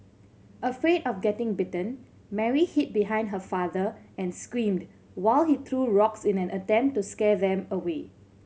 afraid of getting bitten Mary hid behind her father and screamed while he threw rocks in an attempt to scare them away